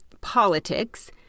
politics